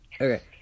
Okay